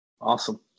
Awesome